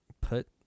put